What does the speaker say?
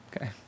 Okay